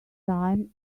time